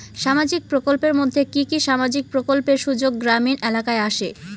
সামাজিক প্রকল্পের মধ্যে কি কি সামাজিক প্রকল্পের সুযোগ গ্রামীণ এলাকায় আসে?